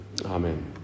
Amen